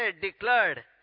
declared